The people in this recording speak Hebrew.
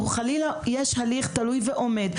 או חלילה יש הליך תלוי ועומד,